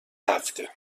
هفته